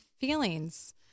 feelings